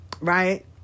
right